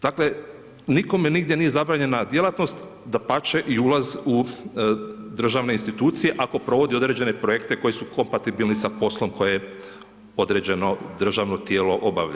Dakle, nikome nigdje nije zabranjena djelatnost, dapače, i ulaz u državne institucije ako provodi određene projekte koji su kontabilni sa poslom koje određeno državno tijelo obavlja.